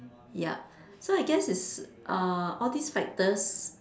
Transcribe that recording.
yup so I guess is uh all these factors